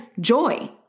joy